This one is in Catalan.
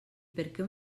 perquè